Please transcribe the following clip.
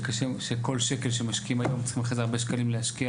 שכל שקל שמשקיעים היום צריך אחרי זה הרבה שקלים להשקיע